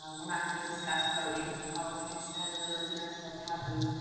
um we're not going to discuss voting. politics and religion are still taboo.